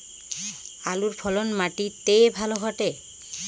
আলুর ফলন মাটি তে ভালো ঘটে?